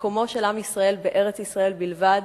מקומו של עם ישראל בארץ-ישראל בלבד,